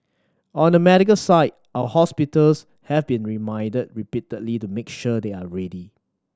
on the medical side our hospitals have been reminded repeatedly to make sure they are ready